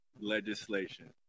legislation